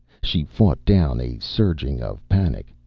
she fought down a surging of panic.